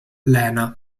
lena